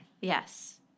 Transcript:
Yes